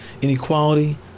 inequality